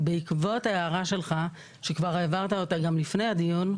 בעקבות ההערה שלך, שכבר העברת אותה גם לפני הדיון,